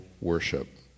worship